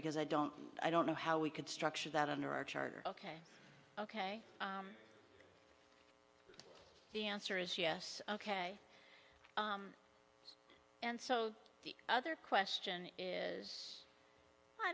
because i don't i don't know how we could structure that under our charter ok ok the answer is yes ok and so the other question is i